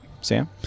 Sam